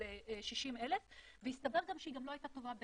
אבל 60,000. והסתבר גם שהיא לא הייתה טובה באפל,